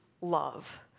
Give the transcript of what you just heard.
love